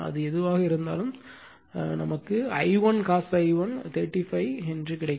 அது எதுவாக இருந்தாலும் I1 cos ∅ 1 நமக்கு 35 என்று கிடைக்கும்